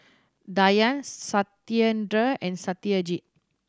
Dhyan Satyendra and Satyajit